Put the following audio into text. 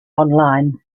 online